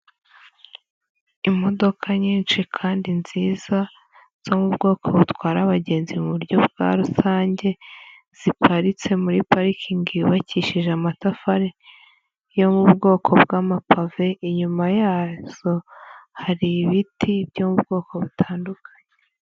Imodoka nyinshi kandi nziza zo mu bwoko butwara abagenzi mu buryo bwa rusange, ziparitse muri parikingi yubakishije amatafari yo mu bwoko bw'amapave, inyuma yazo hari ibiti byo mu bwoko butandukanye.